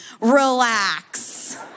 Relax